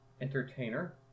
entertainer